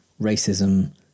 racism